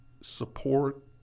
support